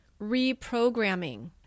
reprogramming